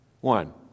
one